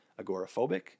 agoraphobic